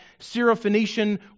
Syrophoenician